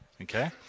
okay